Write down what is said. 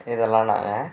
இதெலாம் நாங்கள்